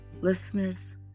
Listeners